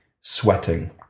sweating